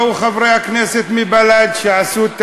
ראו חברי הכנסת מבל"ד שעשו את